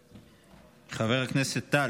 חבר הכנסת קלנר,